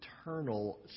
eternal